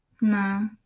No